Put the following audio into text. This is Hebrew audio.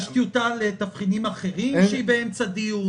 יש טיוטה לתבחינים אחרים שהיא באמצע דיון?